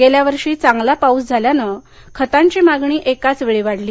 गेल्या वर्षी चांगला पाऊस झाल्यानं खतांची मागणी एकाचवेळी वाढली